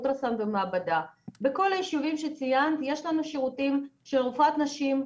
אולטרסאונד ומעבדה ובכל היישובים שציינת יש לנו שירותים של רופאת נשים,